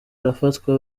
arafatwa